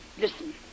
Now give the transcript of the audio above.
Listen